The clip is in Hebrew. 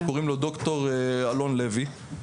קוראים לו ד"ר אלון לוי,